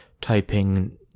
typing